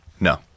No